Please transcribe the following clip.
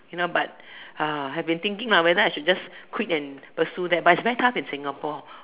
you know but uh I have been thinking lah whether I should just quit and pursue that but its very tough in Singapore